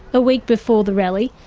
a week before the rally,